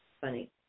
funny